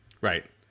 Right